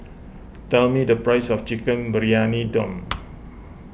tell me the price of Chicken Briyani Dum